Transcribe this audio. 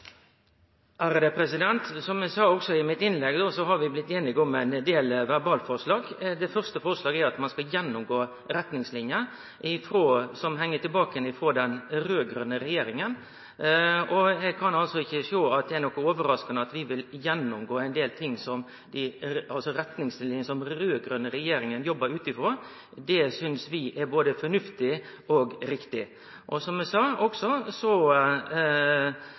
Som eg også sa i innlegget mitt, har vi blitt einige om ein del verbalforslag. Det første forslaget er at ein skal gjennomgå retningsliner som heng att frå den raud-grøne regjeringa. Eg kan ikkje sjå at det er noka overrasking at vi vil gjennomgå retningsliner som den raud-grøne regjeringa jobba ut frå. Det synest vi er både fornuftig og riktig. Som eg også sa,